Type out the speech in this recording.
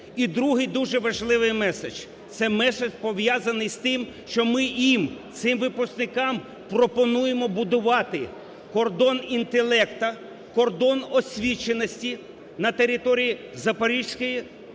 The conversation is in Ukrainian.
І другий дуже важливий меседж – це меседж, пов'язаний з тим, що ми їм, цим випускникам пропонуємо будувати кордон інтелекту, кордон освіченості на території Запорізької,